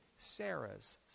Sarah's